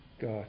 God